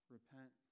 Repent